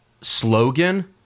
slogan